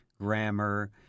grammar